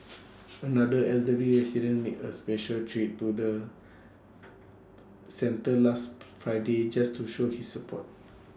another elderly resident made A special trip to the centre last Friday just to show she support